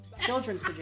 children's